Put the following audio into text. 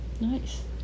nice